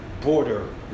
border